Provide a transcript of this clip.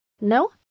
No